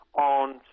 on